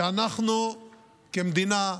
שאנחנו כמדינה,